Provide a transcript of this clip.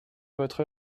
votre